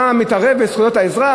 אתה מתערב בזכויות האזרח?